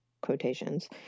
quotations